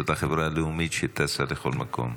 זאת החברה הלאומית שטסה לכל מקום.